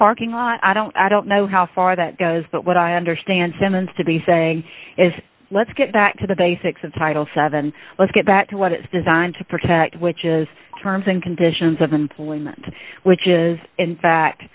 parking lot i don't i don't know how far that goes but what i understand simmons to be saying is let's get back to the basics of title seven let's get back to what it's designed to protect which is terms and conditions of employment which is in fact